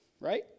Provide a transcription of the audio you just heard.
right